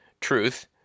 truth